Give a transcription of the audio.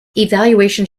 evaluation